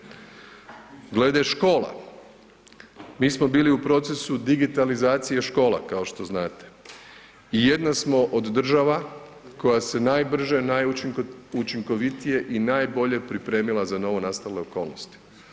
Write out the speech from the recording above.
Glede škola, mi smo bili u procesu digitalizacije škola kao što znate i jedna smo od država koja se najbrže, najučinkovitije i najbolje pripremila za novonastale okolnosti.